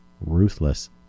Ruthless